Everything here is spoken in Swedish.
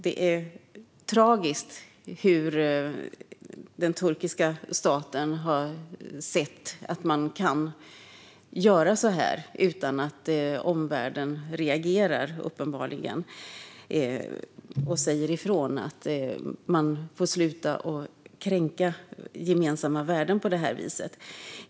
Det är tragiskt att den turkiska staten har ansett att man kan göra så här, uppenbarligen utan att omvärlden reagerar och säger ifrån: Sluta att kränka gemensamma värden på det här viset!